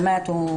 באמת,